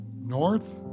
north